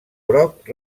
groc